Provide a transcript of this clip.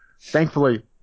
Thankfully